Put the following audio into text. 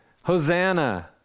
Hosanna